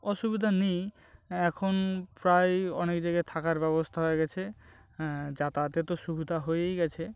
অসুবিধা নেই এখন প্রায় অনেক জায়গায় থাকার ব্যবস্থা হয়ে গিয়েছে হ্যাঁ যাতায়াতের তো সুবিধা হয়েই গিয়েছে